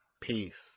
Peace